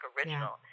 Original